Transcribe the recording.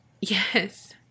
Yes